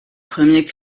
premier